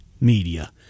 Media